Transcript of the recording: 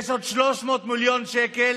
יש עוד 300 מיליון שקל